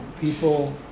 people